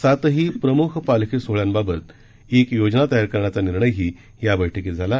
सातही प्रमुख पालखी सोहळ्याबाबत एक योजना तयार करण्याचा निर्णयही या बैठकीत झाला